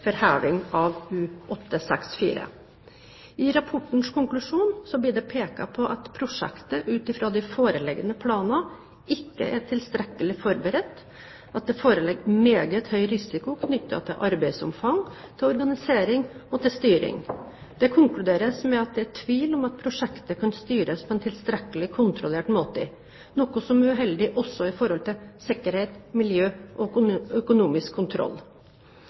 for heving av U-864. I rapportens konklusjon blir det pekt på at prosjektet ut fra de foreliggende planer ikke er tilstrekkelig forberedt, og at det foreligger meget høy risiko knyttet til arbeidsomfang, organisering og styring. Det konkluderes med at det er tvil om at prosjektet kan styres på en tilstrekkelig kontrollert måte, noe som er uheldig også i forhold til sikkerhet, miljø og økonomisk kontroll.